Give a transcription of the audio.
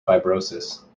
fibrosis